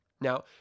Now